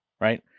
right